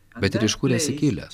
bet ir iš kur esi kilęs